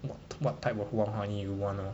what what type of wild honey you want lor